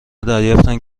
دریافتند